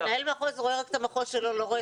מנהל המחוז רואה רק את המחוז שלו ולא את כל התמונה.